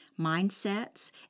mindsets